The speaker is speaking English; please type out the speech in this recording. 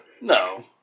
No